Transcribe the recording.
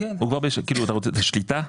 אתה רוצה שליטה?